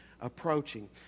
approaching